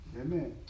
Amen